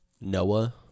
Noah